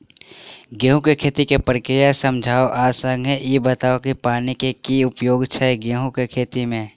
गेंहूँ केँ खेती केँ प्रक्रिया समझाउ आ संगे ईहो बताउ की पानि केँ की उपयोग छै गेंहूँ केँ खेती में?